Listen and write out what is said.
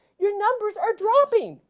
your numbers are dropping.